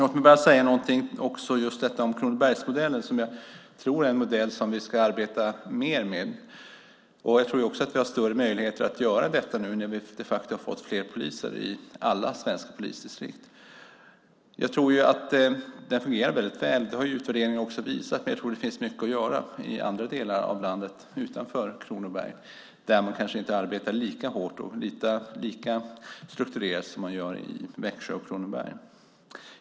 Låt mig också säga någonting om Kronobergsmodellen, som jag tror är en modell som vi ska arbeta mer med. Jag tror också att vi har större möjligheter att göra detta nu när vi de facto har fått fler poliser i alla svenska polisdistrikt. Jag tror att den fungerar väldigt väl. Det har utvärderingar visat. Men jag tror att det finns mycket att göra i andra delar av landet, utanför Kronoberg, där man kanske inte arbetar lika hårt och lika strukturerat som man gör i Växjö och Kronoberg.